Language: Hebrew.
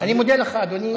אני מודה לך, אדוני.